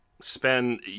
spend